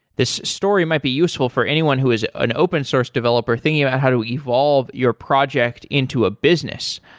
this story might be useful for anyone who is an open-source developer thinking about how to evolve your project into a business.